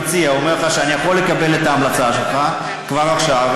אני כמציע אומר לך שאני יכול לקבל את ההמלצה שלך כבר עכשיו,